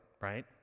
right